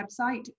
website